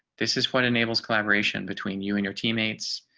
this is what enables collaboration between you and your teammates.